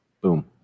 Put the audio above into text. Boom